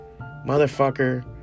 motherfucker